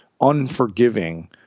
unforgiving